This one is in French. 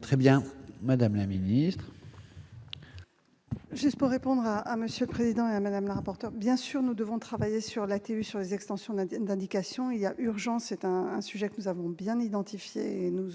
Très bien, Madame la Ministre. J'ai sports répondra à Monsieur Président Madame rapporteur, bien sûr, nous devons travailler sur la TVA sur les extensions d'indications, il y a urgence est un sujet que nous avons bien identifié et nous